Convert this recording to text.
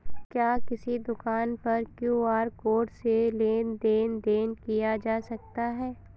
क्या किसी दुकान पर क्यू.आर कोड से लेन देन देन किया जा सकता है?